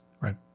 Right